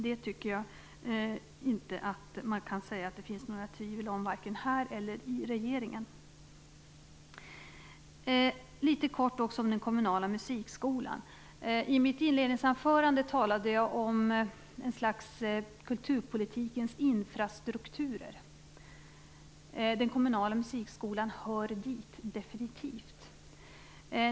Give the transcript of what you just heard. Det tycker jag inte att man kan säga att det finns några tvivel om vare sig här i riksdagen eller i regeringen. Jag vill också mycket kort säga något om den kommunala musikskolan. I mitt inledningsanförande talade jag om ett slags kulturpolitikens infrastruktur. Den kommunala musikskolan hör definitivt dit.